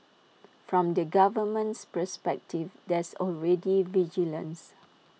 from the government's perspective there's already vigilance